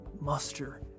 muster